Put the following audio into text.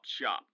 shop